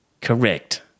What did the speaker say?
Correct